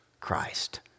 Christ